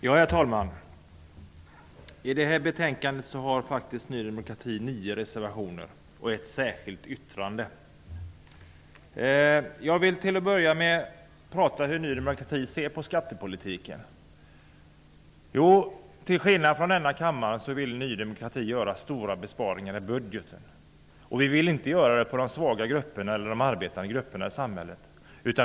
Herr talman! Till detta betänkande har Ny demokrati faktiskt 9 reservationer och ett särskilt yttrande. Jag vill till att börja med tala om hur Ny demokrati ser på skattepolitiken. Till skillnad från övriga partier i denna kammare vill Ny demokrati göra stora besparingar i budgeten, men vi vill inte göra dem på bekostnad av de svaga eller arbetande grupperna i samhället.